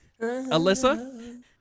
Alyssa